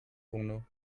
bruno